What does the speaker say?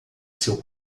seu